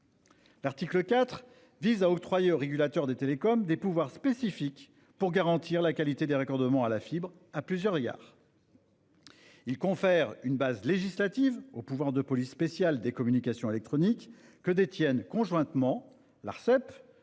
L'article 4 octroie au régulateur des télécommunications des pouvoirs spécifiques pour garantir la qualité des raccordements à la fibre à plusieurs égards. Il confère ainsi une base législative au pouvoir de police spéciale des communications électroniques que détiennent conjointement l'Arcep,